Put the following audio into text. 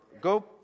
go